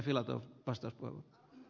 arvoisa puhemies